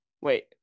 wait